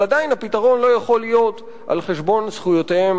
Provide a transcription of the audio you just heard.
אבל עדיין הפתרון לא יכול להיות על חשבון זכויותיהם